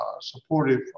supportive